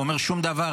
הוא אומר שום דבר,